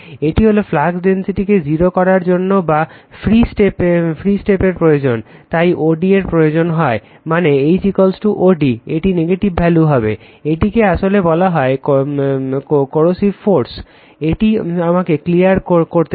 এটি হলো ফ্লাক্স ডেনসিটিকে 0 করার জন্য যা ফ্রী স্টেপের প্রয়োজন হয় এই o d এর প্রয়োজন হয় মানে H o d এটি নেগেটিভ ভ্যালু হবে এটিকে আসলে বলা হয় কোয়ারসিভ ফোর্স এটি আমাকে ক্লিয়ার করতে দিন